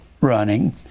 running